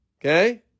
Okay